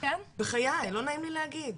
בחיי לא נעים לי להגיד.